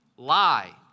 Lie